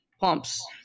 pumps